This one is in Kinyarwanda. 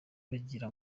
kugira